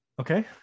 Okay